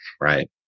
right